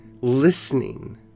listening